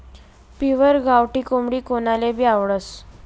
pure गावठी कोंबडी कोनलेभी आवडस